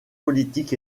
politiques